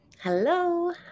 Hello